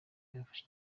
byafashe